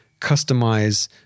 customize